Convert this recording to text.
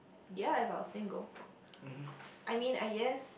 ya I got a single I mean I guess